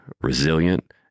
resilient